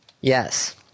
Yes